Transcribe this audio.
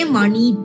money